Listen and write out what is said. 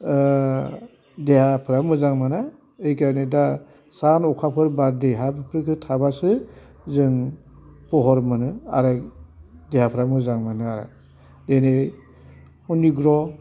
देहाफ्रा मोजां मोना बेखायनो दा अखाफोर बार देहा बेफोर थाबासो जों फहर मोनो आरो देहाफ्रा मोजां मोनो आरो दिनै उननि ग्रह'